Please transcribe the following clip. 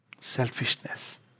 Selfishness